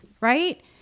right